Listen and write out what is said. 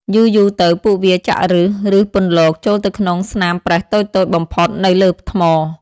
យូរៗទៅ ពួកវាចាក់ឬស ឬពន្លកចូលទៅក្នុងស្នាមប្រេះតូចៗបំផុតនៅលើថ្ម។